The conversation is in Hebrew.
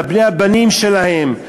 ובני הבנים שלהם,